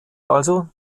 also